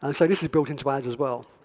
and so this is built into ads as well.